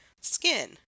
skin